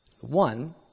One